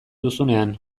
duzunean